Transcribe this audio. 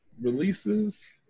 releases